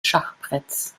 schachbretts